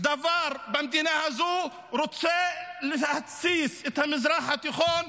דבר במדינה הזו, רוצה להתסיס את המזרח התיכון,